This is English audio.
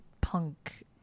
punk